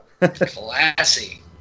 Classy